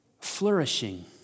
flourishing